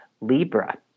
Libra